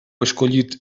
escollit